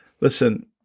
Listen